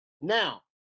Now